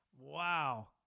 Wow